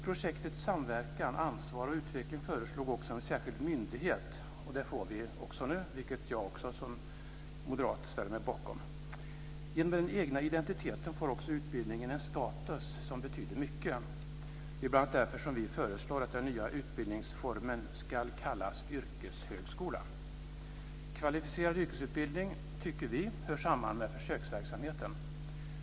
Projektet Samverkan, ansvar och utveckling föreslog också en särskild myndighet, och det får vi också nu, vilket jag som moderat ställer mig bakom. Genom den egna identiteten får också utbildningen en status som betyder mycket. Det är bl.a. därför som vi föreslår att den nya utbildningsformen ska kallas yrkeshögskola. Kvalificerad yrkesutbildning, tycker vi, hör samman med försöksverksamheten.